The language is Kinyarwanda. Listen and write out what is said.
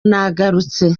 nagarutse